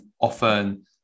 Often